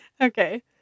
Okay